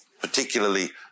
particularly